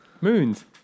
Moons